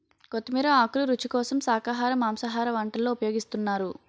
కొత్తిమీర ఆకులు రుచి కోసం శాఖాహార మాంసాహార వంటల్లో ఉపయోగిస్తున్నారు